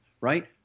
right